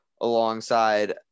alongside